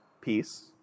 peace